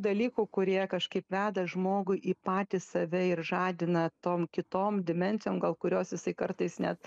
dalykų kurie kažkaip veda žmogų į patį save ir žadina tom kitom dimensijom gal kurios jisai kartais net